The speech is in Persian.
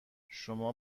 شما